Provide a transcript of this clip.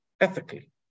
ethically